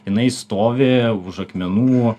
jinai stovi už akmenų